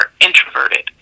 introverted